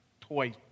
toy